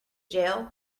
jail